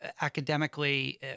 academically